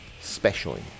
specially